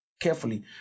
carefully